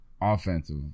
offensive